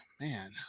man